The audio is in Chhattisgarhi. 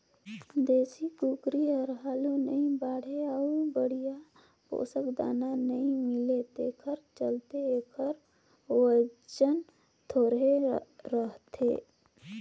देसी कुकरी हर हालु नइ बाढ़े अउ बड़िहा पोसक दाना नइ मिले तेखर चलते एखर ओजन थोरहें रहथे